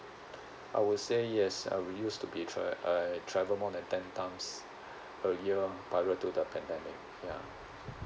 I would say yes uh we used to be tra~ uh travel more than ten times a year prior to the pandemic ya